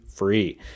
free